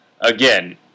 Again